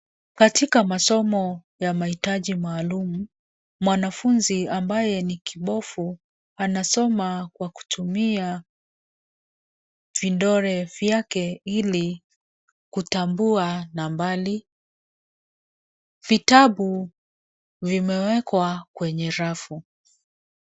Katika masomo ya mahitaji maalum , mwanafunzi ambaye ni kipofu anasoma kwa kutumia vidole vyake ili kutambua nambari. Vitabu vimewekwa kwenye rafu.